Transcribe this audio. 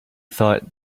thought